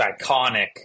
iconic